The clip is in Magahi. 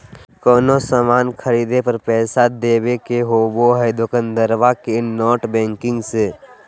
कोनो सामान खर्दे पर पैसा देबे के होबो हइ दोकंदारबा के नेट बैंकिंग से